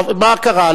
מה קרה,